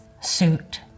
suit